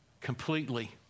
completely